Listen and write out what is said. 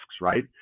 right